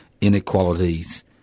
Inequalities